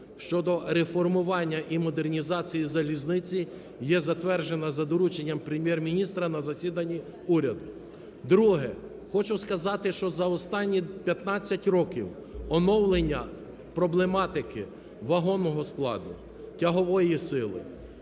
щодо реформування і модернізації залізниці є затверджена за дорученням Прем'єр-міністра на засіданні уряду. Друге. Хочу сказати, що за останні 15 років оновлення проблематики вагонного складу, тягової сили,